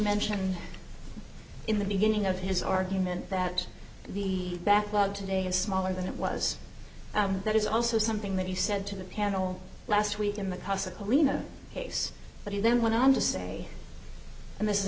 mentioned in the beginning of his argument that the backlog today is smaller than it was that is also something that he said to the panel last week in the classical arena case but he then went on to say and this is